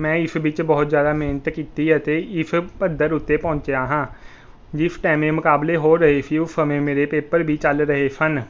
ਮੈਂ ਇਸ ਵਿੱਚ ਬਹੁਤ ਜ਼ਿਆਦਾ ਮਿਹਨਤ ਕੀਤੀ ਅਤੇ ਇਸ ਪੱਧਰ ਉੱਤੇ ਪਹੁੰਚਿਆ ਹਾਂ ਜਿਸ ਟਾਇਮ ਇਹ ਮੁਕਾਬਲੇ ਹੋ ਰਹੇ ਸੀ ਉਸ ਸਮੇਂ ਮੇਰੇ ਪੇਪਰ ਵੀ ਚੱਲ ਰਹੇ ਸਨ